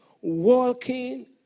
walking